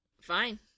Fine